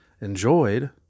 enjoyed